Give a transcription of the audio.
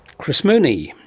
chris mooney.